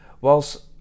Whilst